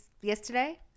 yesterday